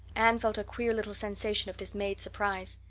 anne felt a queer little sensation of dismayed surprise.